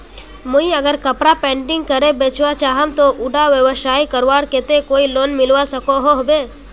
मुई अगर कपड़ा पेंटिंग करे बेचवा चाहम ते उडा व्यवसाय करवार केते कोई लोन मिलवा सकोहो होबे?